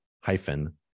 hyphen